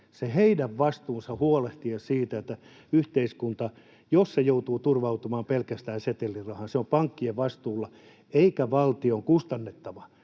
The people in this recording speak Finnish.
se heidän vastuunsa huolehtia siitä, että jos yhteiskunta joutuu turvautumaan pelkästään setelirahaan, se on pankkien vastuulla eikä valtion kustannettavana.